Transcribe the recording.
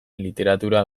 literatura